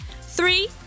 Three